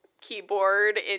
keyboard